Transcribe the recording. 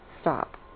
stop